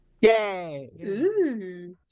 Yay